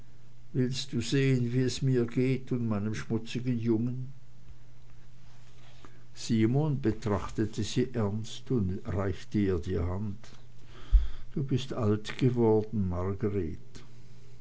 willst du sehen wie es mir geht und meinem schmutzigen jungen simon betrachtete sie ernst und reichte ihr die hand du bist alt geworden margreth